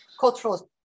Cultural